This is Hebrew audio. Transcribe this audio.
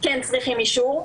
כן צריכים אישור.